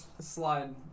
Slide